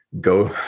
go